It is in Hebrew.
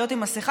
ולהיות עם מסכה,